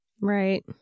Right